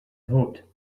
vote